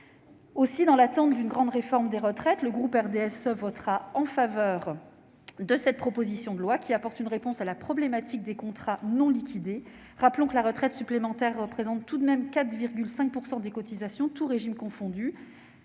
texte. Dans l'attente d'une grande réforme des retraites, le groupe RDSE votera en faveur de cette proposition de loi, qui apporte une réponse à la problématique des contrats non liquidés. Rappelons que la retraite supplémentaire représente tout de même 4,5 % des cotisations, tous régimes confondus.